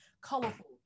colorful